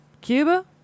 Cuba